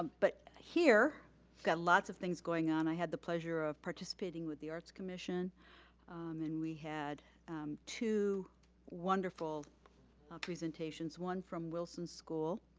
but here, we've got lots of things going on. i had the pleasure of participating with the arts commission and we had two wonderful ah presentations. one from wilson school,